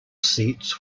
seats